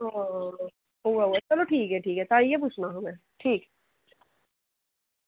चलो ठीक ऐ ठीक ऐ ताहीं पुच्छना हा में ठीक